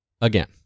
Again